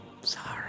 Sorry